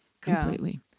completely